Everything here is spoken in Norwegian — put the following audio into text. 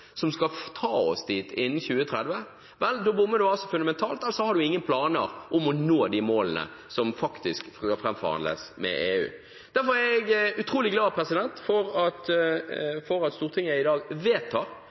som skal ta oss dit innen 2030, da bommer man fundamentalt, eller så har man ingen planer om å nå de målene som faktisk skal framforhandles med EU. Derfor er jeg utrolig glad for at Stortinget i dag vedtar